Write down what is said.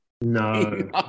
No